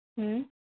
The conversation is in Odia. ହୁଁ